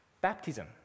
baptism